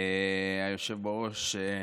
היושב בראש,